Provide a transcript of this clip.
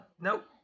nope